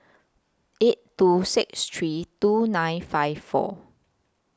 eight two six three two nine five four